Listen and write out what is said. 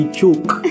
choke